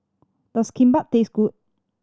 does Kimbap taste good